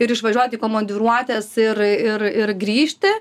ir išvažiuot į komandiruotes ir ir ir grįžti